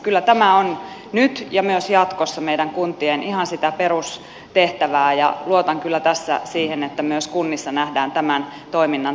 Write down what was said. kyllä tämä on nyt ja myös jatkossa meidän kuntien ihan sitä perustehtävää ja luotan kyllä tässä siihen että myös kunnissa nähdään tämän toiminnan tärkeys